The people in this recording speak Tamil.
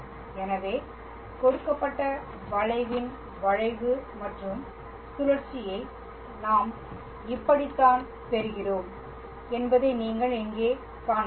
எனவே கொடுக்கப்பட்ட வளைவின் வளைவு மற்றும் சுழற்சியை நாம் இப்படித்தான் பெறுகிறோம் என்பதை நீங்கள் இங்கே காணலாம்